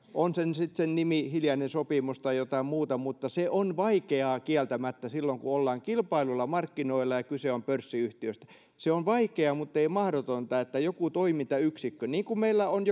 on sen nimi sitten hiljainen sopimus tai jotain muuta mutta se on kieltämättä vaikeaa silloin kun ollaan kilpailluilla markkinoilla ja ja kyse on pörssiyhtiöstä se on vaikeaa mutta ei mahdotonta että joku toimintayksikkö niin kuin meillä on